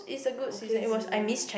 okay season right